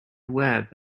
web